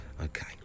Okay